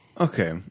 Okay